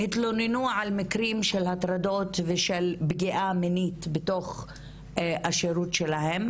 התלוננו על מקרים של הטרדות ושל פגיעה מינית בתוך השירות שלהן.